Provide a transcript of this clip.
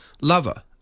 lover